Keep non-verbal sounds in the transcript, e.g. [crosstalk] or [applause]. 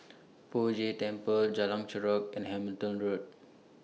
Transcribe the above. [noise] Poh Jay Temple Jalan Chorak and Hamilton Road